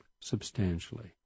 substantially